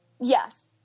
Yes